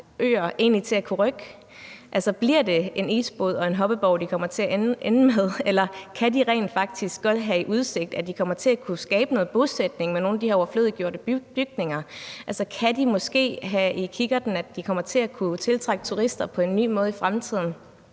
øer egentlig til at kunne rykke? Altså bliver det en isbod og en hoppeborg, de kommer til at ende med at få, eller kan de rent faktisk godt have udsigt til, at de kommer til at kunne skabe noget bosætning i nogle af de her overflødiggjorte bygninger? Altså, kan de måske se frem til, at de kommer til at kunne tiltrække turister på en ny måde i fremtiden?